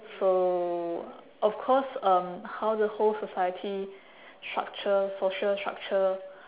so of course um how the whole society structure social structure